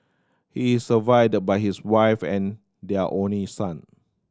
he is survived by his wife and their only son